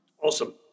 Awesome